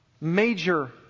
major